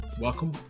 welcome